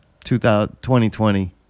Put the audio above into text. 2020